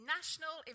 National